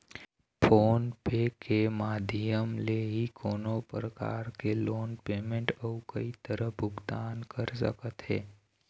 phone पे के माधियम ले ही कोनो परकार के लोन पेमेंट अउ कई तरह भुगतान कर सकत हे